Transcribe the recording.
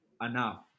enough